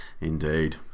Indeed